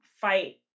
fight